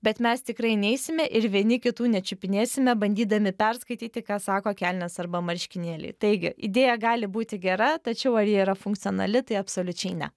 bet mes tikrai neisime ir vieni kitų nečiupinėsime bandydami perskaityti ką sako kelnės arba marškinėliai taigi idėja gali būti gera tačiau ar ji yra funkcionali tai absoliučiai ne